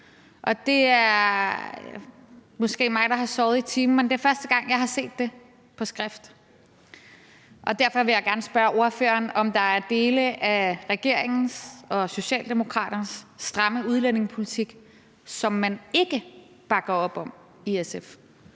Det er måske mig, der har sovet i timen, men det er første gang, jeg har set det på skrift, og derfor vil jeg gerne spørge ordføreren, om der er dele af regeringens og Socialdemokraternes stramme udlændingepolitik, som man ikke bakker op om i SF.